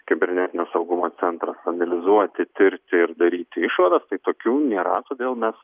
kibernetinio saugumo centra mobilizuoti tirti ir daryti išvadas tai tokių nėra vėl mes